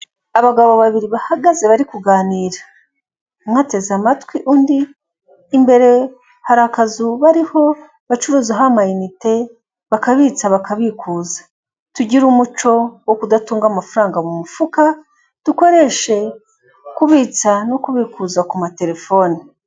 Abagabo babiri bahagaze bari kuganira umwe ateze amatwi undi imbere hari akazu bariho bacuruzaho amayinite bakabitsa bakabikuza. tugire umuco wo kudatunga amafaranga mu mufuka dukoreshe kubitsa no kubikuza ku matelefoni.